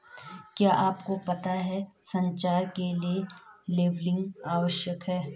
क्या आपको पता है संचार के लिए लेबलिंग आवश्यक है?